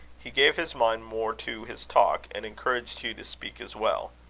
he gave his mind more to his talk, and encouraged hugh to speak as well.